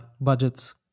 budgets